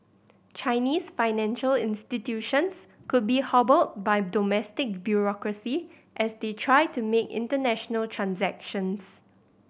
Chinese financial institutions could be hobbled by domestic bureaucracy as they try to make international transactions